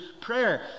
prayer